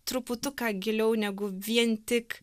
truputuką giliau negu vien tik